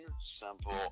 simple